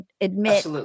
admit